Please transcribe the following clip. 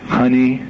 honey